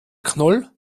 knoll